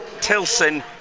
Tilson